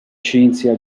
cinzia